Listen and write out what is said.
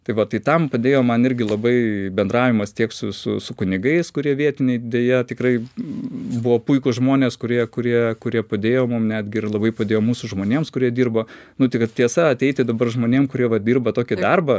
tai va tai tam padėjo man irgi labai bendravimas tiek su su su kunigais kurie vietiniai deja tikrai buvo puikūs žmonės kurie kurie kurie padėjo mum netgi ir labai padėjo mūsų žmonėms kurie dirbo nu tai kad tiesa ateiti dabar žmonėm kurie va dirba tokį darbą